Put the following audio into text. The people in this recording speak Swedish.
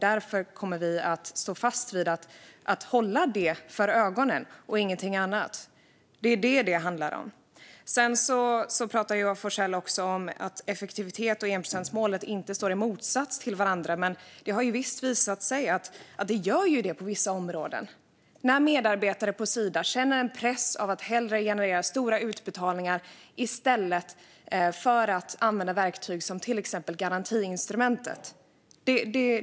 Därför kommer vi att stå fast vid att hålla det för ögonen och ingenting annat. Det är det som detta handlar om. Sedan pratar Joar Forssell om att effektivitet och enprocentsmålet inte står i motsats till varandra, men det har ju visat sig att det gör det på vissa områden, när medarbetare på Sida känner en press att generera stora utbetalningar i stället för att använda verktyg, som till exempel garantiinstrumentet.